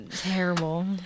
terrible